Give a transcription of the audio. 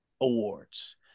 awards